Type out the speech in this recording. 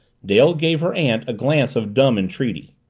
dale gave her aunt a glance of dumb entreaty.